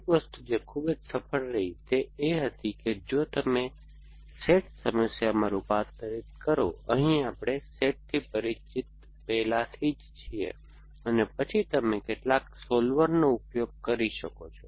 એક વસ્તુ જે ખૂબ જ સફળ રહી તે એ હતી કે જો તમે SAT સમસ્યામાં રૂપાંતરિત કરો અહીં આપણે SATથી પહેલાથી જ પરિચિત છીએ અને પછી તમે કેટલાક સોલ્વરનો ઉપયોગ કરી શકો છો